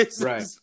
Right